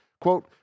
Quote